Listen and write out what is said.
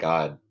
God